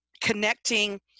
connecting